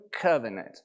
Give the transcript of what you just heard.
covenant